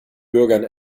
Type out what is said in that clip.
bürgern